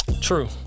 true